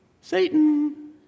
Satan